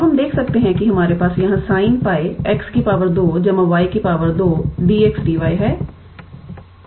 अब हम देख सकते हैं कि हमारे पास यहाँ sin 𝜋𝑥 2 𝑦 2 𝑑𝑥𝑑𝑦 है